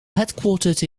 headquartered